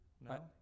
no